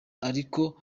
ariko